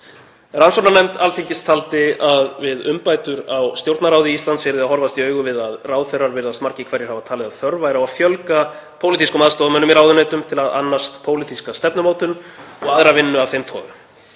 Rannsóknarnefndin taldi að við umbætur á Stjórnarráði Íslands yrði að horfast í augu við að „ráðherrar virðast margir hverjir hafa talið að þörf væri á að fjölga pólitískum aðstoðarmönnum í ráðuneytum til að annast pólitíska stefnumótun og aðra vinnu af þeim toga“